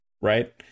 right